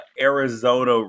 Arizona